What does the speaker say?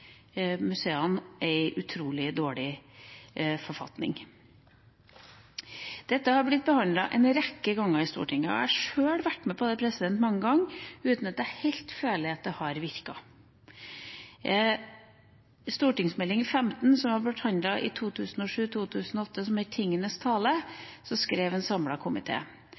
museene er i utrolig dårlig forfatning. Dette har blitt behandlet en rekke ganger i Stortinget. Jeg har sjøl vært med på det mange ganger, uten at jeg helt føler at det har virket. I innstillinga til St. meld. nr. 15 for 2007–2008, som het Tingenes tale, skrev en